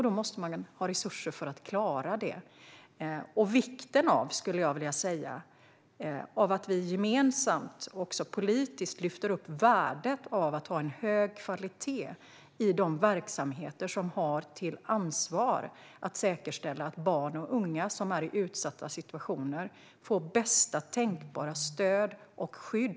Då måste man ha resurser för att klara det. Det handlar om vikten av att vi gemensamt och också politiskt lyfter upp värdet av att ha en hög kvalitet i de verksamheter som har till ansvar att säkerställa att barn och unga som är i utsatta situationer får bästa tänkbara stöd och skydd.